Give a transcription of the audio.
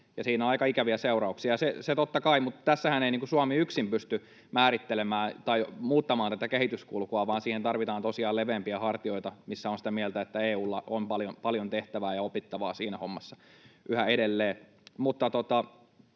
siinä on aika ikäviä seurauksia, totta kai. Mutta tässähän ei Suomi yksin pysty määrittelemään tai muuttamaan tätä kehityskulkua, vaan siihen tarvitaan tosiaan leveämpiä hartioita, mistä olen sitä mieltä, että EU:lla on paljon tehtävää ja opittavaa siinä hommassa yhä edelleen.